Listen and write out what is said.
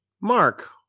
Mark